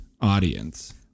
audience